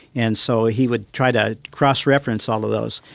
and so he would try to cross-reference all of those.